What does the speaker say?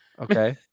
Okay